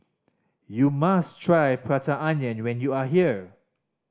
you must try Prata Onion when you are here